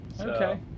Okay